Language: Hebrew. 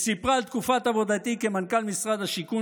היא סיפרה על תקופת עבודתי כמנכ"ל משרד השיכון